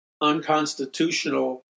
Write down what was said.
unconstitutional